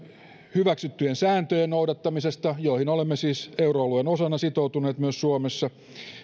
hyväksyttyjen sääntöjen noudattamisesta joihin olemme siis euroalueen osana sitoutuneet myös suomessa ja